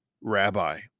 Rabbi